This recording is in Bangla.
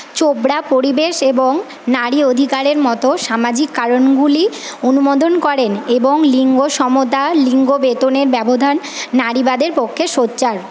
চোপড়া পরিবেশ এবং নারী অধিকারের মতো সামাজিক কারণগুলি অনুমোদন করেন এবং লিঙ্গ সমতা লিঙ্গ বেতনের ব্যবধান নারীবাদের পক্ষে সোচ্চার